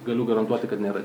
galiu garantuoti kad nėra